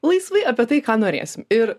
laisvai apie tai ką norėsim ir